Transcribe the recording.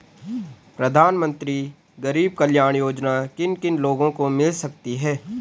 प्रधानमंत्री गरीब कल्याण योजना किन किन लोगों को मिल सकती है?